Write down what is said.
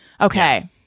Okay